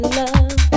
love